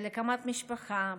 על הקמת משפחה,